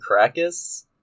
Krakus